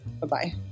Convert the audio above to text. Bye-bye